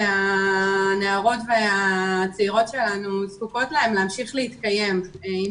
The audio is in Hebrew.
שהנערות הצעירות שלנו זקוקות להם להמשיך להתקיים,